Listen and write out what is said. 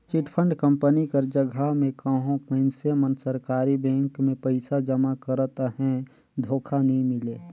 chit fund company कर जगहा में कहों मइनसे मन सरकारी बेंक में पइसा जमा करत अहें धोखा नी मिले